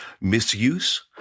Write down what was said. misuse